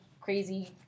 crazy